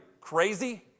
crazy